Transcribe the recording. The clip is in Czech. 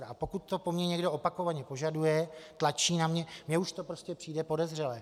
A pokud to po mně někdo opakovaně požaduje, tlačí na mě, mně už to prostě přijde podezřelé.